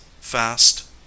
fast